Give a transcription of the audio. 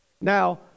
Now